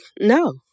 No